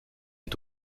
est